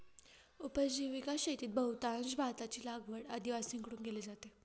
उपजीविका शेतीत बहुतांश भाताची लागवड आदिवासींकडून केली जाते